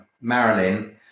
Marilyn